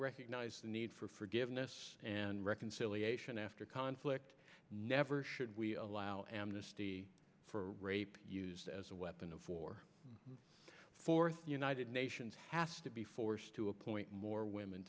recognize the need for forgiveness and reconciliation after conflict never should we allow amnesty for rape used as a weapon of war fourth the united nations has to be forced to appoint more women